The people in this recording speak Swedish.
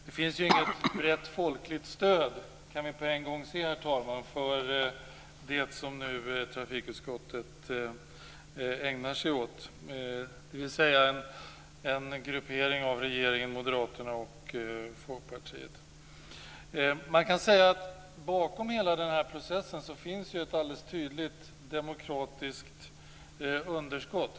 Det finns inget brett folkligt stöd - det kan vi se på en gång, herr talman - för det som trafikutskottet nu ägnar sig åt, dvs. en majoritet bestående av regeringspartiet, Moderaterna och Folkpartiet. Bakom hela den här processen finns alldeles tydligt ett demokratiskt underskott.